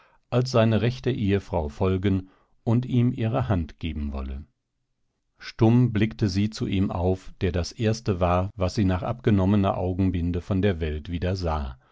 als seine rechte ehefrau folgen und ihm ihre hand geben wolle stumm blickte sie zu ihm auf der das erste war was sie nach abgenommener augenbinde von der welt wieder sah